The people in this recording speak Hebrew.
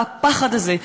והפחד הזה,